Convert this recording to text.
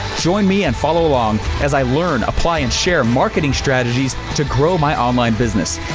join me and follow along as i learn, apply, and share marketing strategies to grow my online business,